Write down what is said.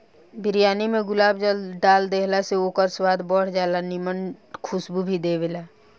बिरयानी में गुलाब जल डाल देहला से ओकर स्वाद बढ़ जाला आ निमन खुशबू भी देबेला